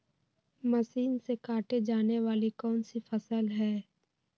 Machine से काटे जाने वाली कौन सी फसल है?